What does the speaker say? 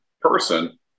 person